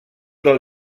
del